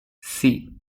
see